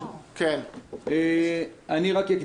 אני חושב שאנחנו צריכים להתחיל להוביל את סדר-היום,